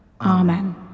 Amen